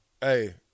Hey